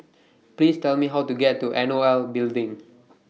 Please Tell Me How to get to N O L Building